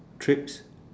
trips